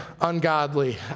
ungodly